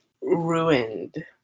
ruined